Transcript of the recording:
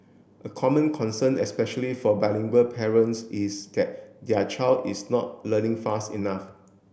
a common concern especially for bilingual parents is that their child is not learning fast enough